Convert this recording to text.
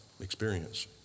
experience